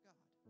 God